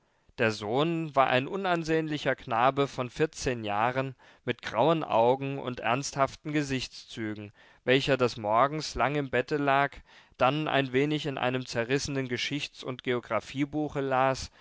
der sohn war ein unansehnlicher knabe von vierzehn jahren mit grauen augen und ernsthaften gesichtszügen welcher des morgens lang im bette lag dann ein wenig in einem zerrissenen geschichts und geographiebuche las